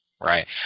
Right